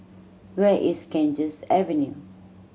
where is Ganges Avenue